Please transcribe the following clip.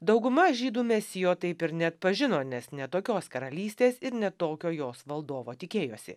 dauguma žydų mesijo taip ir neatpažino nes ne tokios karalystės ir ne tokio jos valdovo tikėjosi